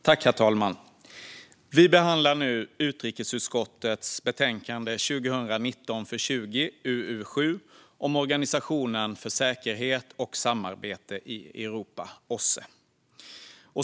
Herr talman! Vi behandlar nu utrikesutskottets betänkande 2019/20:UU7 om Organisationen för säkerhet och samarbete i Europa, OSSE.